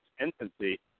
infancy